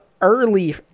early